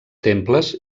temples